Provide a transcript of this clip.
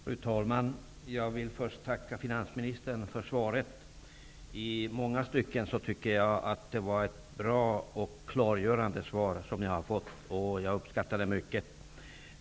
Fru talman! Jag vill först tacka finansministern för svaret. Jag tycker att det i många stycken är ett bra och klargörande svar som jag har fått. Jag uppskattar det mycket.